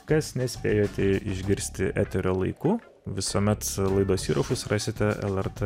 kas nespėjote išgirsti eterio laiku visuomet laidos įrašus rasite lrt